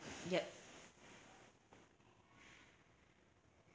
yup